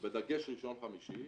בדגש על ראשון-חמישי,